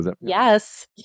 Yes